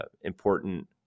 important